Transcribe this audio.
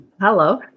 hello